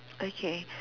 okay